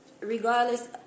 Regardless